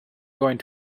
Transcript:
going